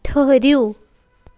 ٹھٔہرِو